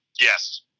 Yes